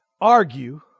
argue